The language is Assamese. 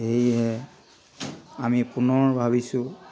সেয়েহে আমি পুনৰ ভাবিছোঁ